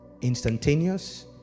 instantaneous